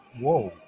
whoa